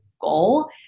goal